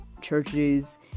churches